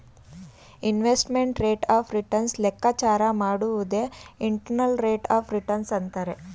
investment rate of return ಲೆಕ್ಕಾಚಾರ ಮಾಡುವುದೇ internal rate of return ಅಂತರೆ